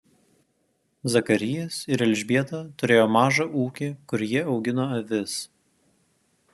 zakarijas ir elžbieta turėjo mažą ūkį kur jie augino avis